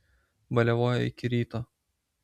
baliavojo iki ryto